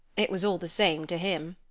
it was all the same to him.